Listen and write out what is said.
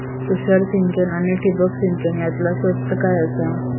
तुषार सिंचन आनी ठिबक सिंचन यातला स्वस्त काय आसा?